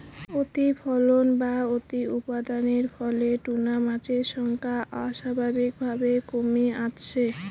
অতিফলন বা অতিউৎপাদনের ফলে টুনা মাছের সংখ্যা অস্বাভাবিকভাবে কমি আসছে